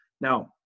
Now